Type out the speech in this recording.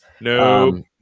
No